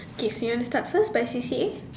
okay so you want to start first by C_C_A